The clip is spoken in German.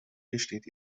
gesteht